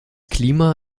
klima